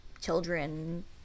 children